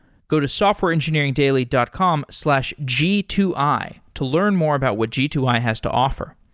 go to softwareengineeringdaily dot com slash g two i to learn more about what g two i has to offer.